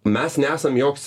mes nesam joks